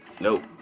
nope